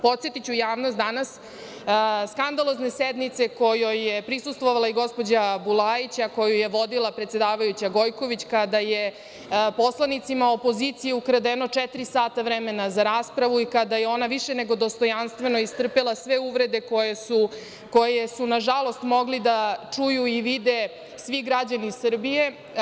Podsetiću javnost danas, skandalozne sednice kojoj je prisustvovala i gospođa Bulajić, a koju je vodila predsedavajuća Gojković, kada je poslanicima opozicije ukradeno četiri sata vremena za raspravu i kada je ona više nego dostojanstveno istrpela sve uvrede koje su, nažalost, mogli da čuju i vide svi građani Srbije.